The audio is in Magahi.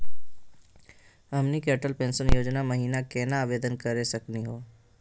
हमनी के अटल पेंसन योजना महिना केना आवेदन करे सकनी हो?